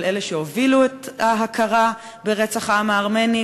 אלה שהובילו את ההכרה ברצח העם הארמני,